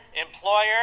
employer